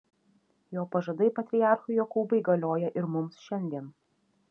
jo pažadai patriarchui jokūbui galioja ir mums šiandien